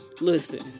Listen